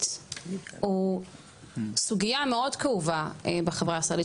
הוא סוגיה מאוד כאובה בחברה הישראלית.